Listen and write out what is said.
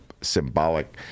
symbolic